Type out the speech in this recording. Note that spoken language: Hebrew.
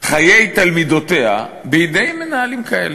חיי תלמידותיה בידי מנהלים כאלה?